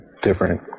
different